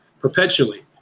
perpetually